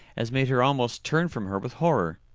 as made her almost turn from her with horror.